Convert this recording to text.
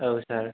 औ सार